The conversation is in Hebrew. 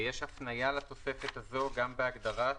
ויש הפניה לתוספת הזאת גם בהגדרת